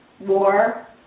war